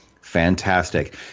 Fantastic